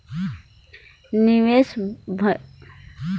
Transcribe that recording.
निवेस करोइया मइनसे मन ला निवेस बेंक कर उपर पूरा पूरा भरोसा रहथे